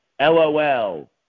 LOL